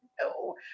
No